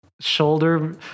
Shoulder